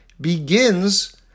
begins